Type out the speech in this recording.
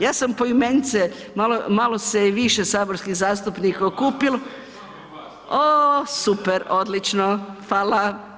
Ja sam poimence, malo se i više saborskih zastupnika okupilo ... [[Upadica se ne čuje.]] Oooo, super, odlično, hvala.